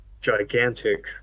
gigantic